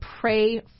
Pray